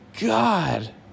God